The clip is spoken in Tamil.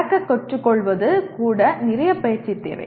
நடக்கக் கற்றுக்கொள்வது கூட நிறைய பயிற்சி தேவை